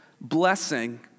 blessing